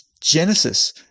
Genesis